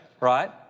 right